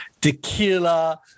tequila